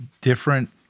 different